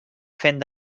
fent